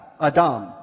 Adam